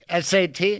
SAT